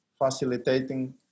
facilitating